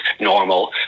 normal